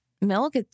milk